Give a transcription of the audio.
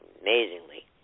amazingly